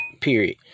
period